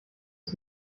ist